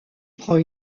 prend